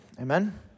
Amen